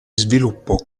sviluppo